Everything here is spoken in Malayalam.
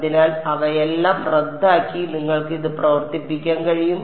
അതിനാൽ അവയെല്ലാം റദ്ദാക്കി നിങ്ങൾക്ക് ഇത് പ്രവർത്തിപ്പിക്കാൻ കഴിയും